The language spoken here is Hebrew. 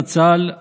זכר צדיק לברכה,